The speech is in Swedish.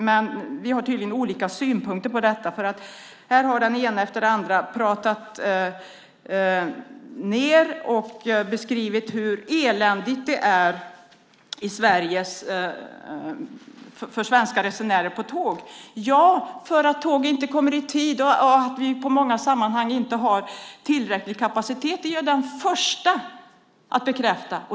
Men vi har tydligen olika synpunkter på detta eftersom den ena efter den andra här har talat om hur eländigt det är för svenska resenärer på tåg. Att tåg inte kommer i tid och att vi i många sammanhang inte har tillräcklig kapacitet är jag den första att bekräfta.